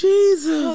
Jesus